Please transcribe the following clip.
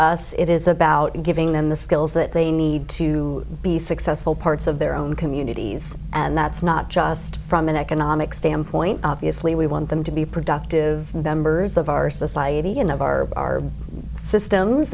us it is about giving them the skills that they need to be successful parts of their own communities and that's not just from an economic standpoint obviously we want them to be productive members of our society and of our systems